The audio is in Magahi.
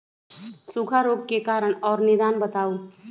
सूखा रोग के कारण और निदान बताऊ?